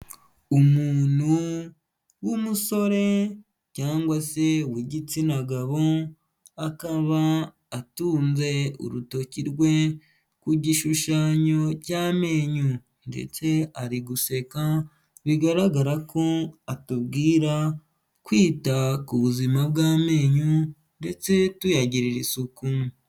Umuntu w'umusore cyangwa se uw'igitsina gabo, akaba atunze urutoki rwe ku gishushanyo cy'amenyo, ndetse ari guseka bigaragara ko atubwira kwita ku buzima bw'amenyo, ndetse tuyagirira isuku.